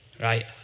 right